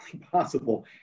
possible